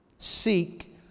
seek